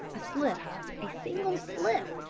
a slip a single slip,